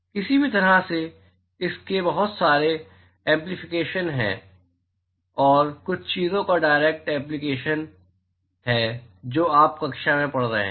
किसी भी तरह से इसके बहुत सारे इम्प्लीकेशन्स थे और यह कुछ चीजों का डायरेक्ट एप्लीकेशन है जो आप कक्षा में पढ़ रहे हैं